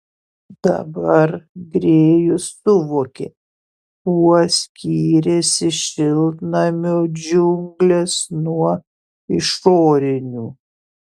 dabar grėjus suvokė kuo skyrėsi šiltnamio džiunglės nuo išorinių